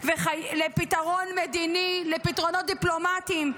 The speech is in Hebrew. לפתרון מדיני, לפתרונות דיפלומטים,